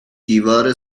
دیوار